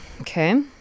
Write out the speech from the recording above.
Okay